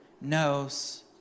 knows